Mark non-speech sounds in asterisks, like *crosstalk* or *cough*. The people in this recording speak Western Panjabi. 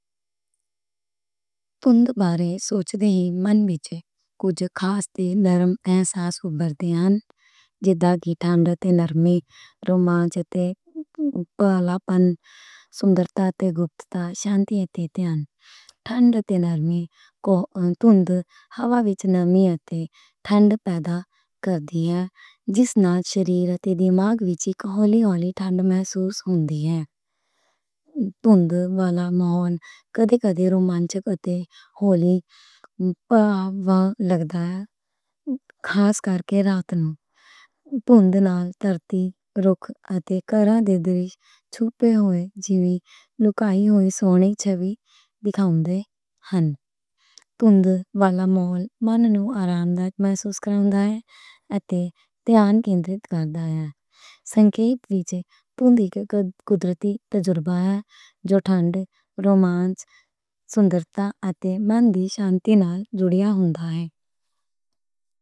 دھند بارے سوچدے ہی من وچّ کُجھ خاص تے نرم احساس بھر دے ہن۔ جدا کہ ٹھنڈ تے نرمی، رومانس تے پلّا پن، سوندرتا تے گپتتا، شانتی ہوندے ہن۔ ٹھنڈ تے نرمی، *hesitation* دھند ہوا وچّ نرمی اتے ٹھنڈ پیدا کر دی ہے۔ جس نال شریر تے دماغ وچّ ہولی ہولی ٹھنڈ محسوس ہندی ہے۔ دھند والا مہول کدے کدے رومینٹک اتے ہولی *hesitation* پوا لگدا ہے۔ خاص کر کے رات نوں دھند نال دھرتی، روکھ اتے کران دے درش چُپّے ہوئے جیوں لکائی ہوئی سونی چھوی دکھاؤندے ہن۔ دھند والا مہول من نوں آرام دایک محسوس کراؤندا ہے اتے دھیان کیندرت کر دا ہے۔ سنکھیپ وِچ، دھند دا قدرتی تجربہ ہے جو ٹھنڈ، رومانچ، سوندرتا اتے من دی شانتی نال جُڑیا ہوندا ہے۔